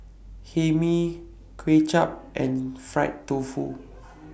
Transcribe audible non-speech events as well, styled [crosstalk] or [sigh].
[noise] Hae Mee Kuay Chap and Fried Tofu